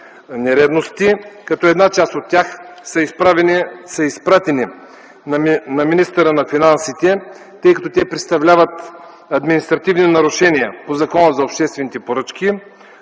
нередности, като част от тях са изпратени на министъра на финансите, защото представляват административни нарушения по Закона за обществените поръчки.